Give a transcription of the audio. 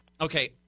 okay